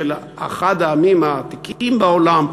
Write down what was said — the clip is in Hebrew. של אחד העמים העתיקים בעולם,